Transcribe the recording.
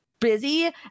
busy